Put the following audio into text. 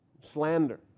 slander